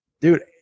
dude